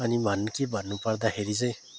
अनि भन् के भन्नु पर्दाखेरि चाहिँ